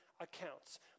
accounts